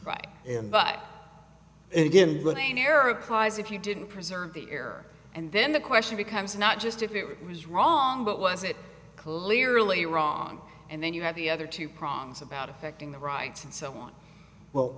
right in but again with a narrow prize if you didn't preserve the air and then the question becomes not just if it was wrong but was it really wrong and then you have the other two prongs about affecting the rights and so on well